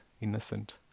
innocent